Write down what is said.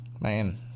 man